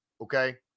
okay